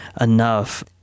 enough